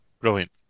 Brilliant